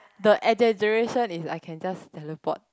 the exaggeration is I can just teleport